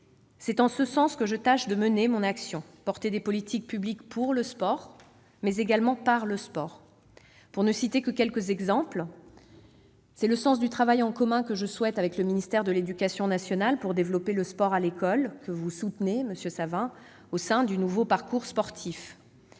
C'est en ce sens que je tâche de mener mon action : porter des politiques publiques pour le sport, mais également par le sport. Pour ne citer que quelques exemples : c'est le sens du travail en commun que je mène avec le ministère de l'éducation nationale pour développer le sport à l'école- et que vous soutenez, monsieur Savin -au sein d'un nouveau parcours sportif